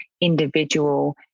individual